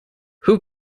who